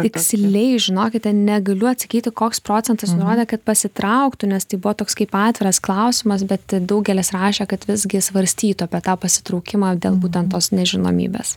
tiksliai žinokite negaliu atsakyti koks procentas nurodė kad pasitrauktų nes tai buvo toks kaip atviras klausimas bet daugelis rašė kad visgi svarstytų apie tą pasitraukimą dėl būtent tos nežinomybės